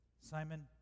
Simon